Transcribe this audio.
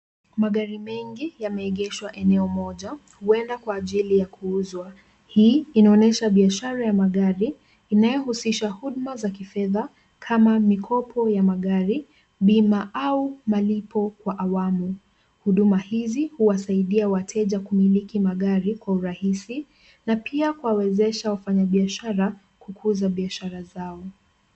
Magari mengi yameegeshwa eneo moja huenda kwa ajili ya kuuzwa. Hii inaonyesha biashara ya magari inayohusisha huduma za kifedha kama mikopo ya magari, bima au malipo kwa awamu. Huduma hizi huwasaidia wateja kumiliki magari kwa urahisi na pia kuwawezesha wafanya biashara kukuza biashara zao.